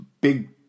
big